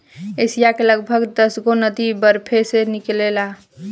Asia के लगभग दसगो नदी बरफे से निकलेला